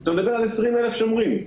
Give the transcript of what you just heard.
אתה מדבר על 20 אלף שומרים.